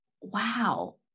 wow